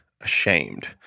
ashamed